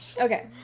Okay